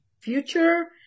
Future